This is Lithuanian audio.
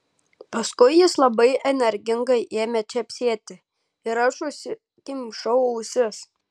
paskui jis labai energingai ėmė čepsėti ir aš užsikimšau ausis